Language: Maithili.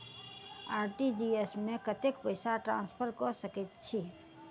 आर.टी.जी.एस मे कतेक पैसा ट्रान्सफर कऽ सकैत छी?